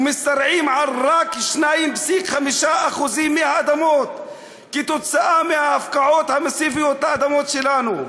ומשתרעים רק על 2.5% מהאדמות בעקבות ההפקעות המסיביות של האדמות שלנו.